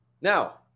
Now